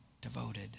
devoted